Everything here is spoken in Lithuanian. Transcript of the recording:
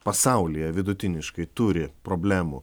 pasaulyje vidutiniškai turi problemų